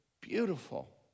beautiful